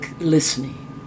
listening